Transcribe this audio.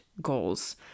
goals